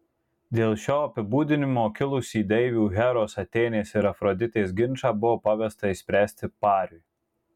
dėl šio apibūdinimo kilusį deivių heros atėnės ir afroditės ginčą buvo pavesta išspręsti pariui